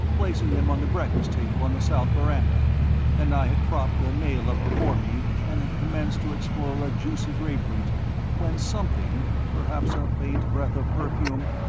placing them on the breakfast table on the south veranda and i had propped the mail up before me and had commenced to explore a juicy grapefruit when something, perhaps a faint breath of perfume,